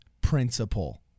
principle